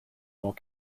more